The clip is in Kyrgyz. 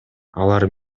алар